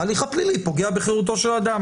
ההליך הפלילי פוגע בחירותו של אדם,